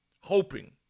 hoping